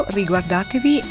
riguardatevi